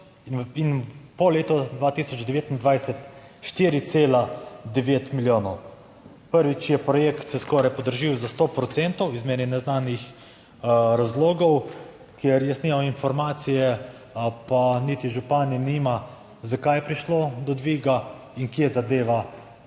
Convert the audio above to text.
in po letu 2029 4,9 milijonov. Prvič, je projekt se skoraj podražil za 100 procentov iz meni neznanih razlogov. Ker jaz nimam informacije pa niti župan nima zakaj je prišlo do dviga in kje zadeva